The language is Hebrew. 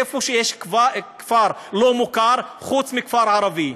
איפה יש כפר לא מוכר חוץ מכפר ערבי?